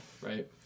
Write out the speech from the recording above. right